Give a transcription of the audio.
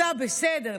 אתה בסדר.